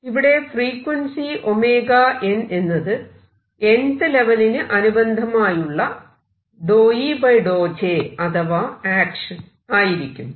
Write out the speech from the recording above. ഇവിടെ frequency 𝜔n എന്നത് nth ലെവെലിന് അനുബന്ധമായുള്ള ∂E∂J അഥവാ ആക്ഷൻ ആയിരിക്കും